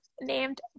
named